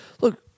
look